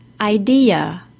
Idea